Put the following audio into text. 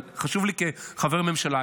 אבל חשוב לי כחבר ממשלה.